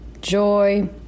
joy